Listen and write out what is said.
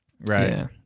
right